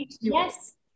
Yes